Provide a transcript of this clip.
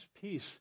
peace